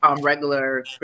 regular